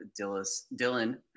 Dylan